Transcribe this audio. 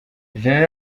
gen